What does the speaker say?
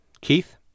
Keith